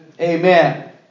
Amen